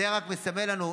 זה רק מסמל לנו,